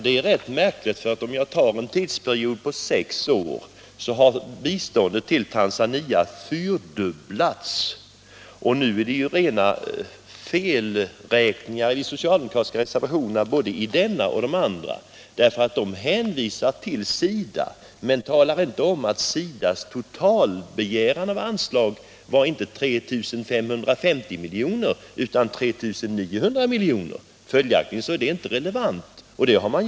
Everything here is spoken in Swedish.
Det är rätt märkligt, för om man räknar med en tidsperiod på sex år, finner man att biståndet till Tanzania fyrdubblats. Både i den här socialdemokratiska reservationen och i de andra har det gjorts rena felräkningar. I reservationerna hänvisas till SIDA, men det talas inte om att SIDA:s totala anslagsäskande inte uppgick till 3 550 milj.kr. utan till 3 900 milj.kr. Följaktligen är inte reservationens siffra relevant.